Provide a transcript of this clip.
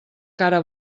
cara